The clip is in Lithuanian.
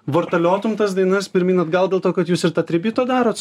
vartaliotum tas dainas pirmyn atgal dėl to kad jūs ir tą tribjutą darot